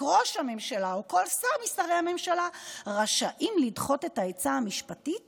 ראש הממשלה וכל שר משרי הממשלה רשאים לדחות את העצה המשפטית